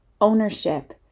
ownership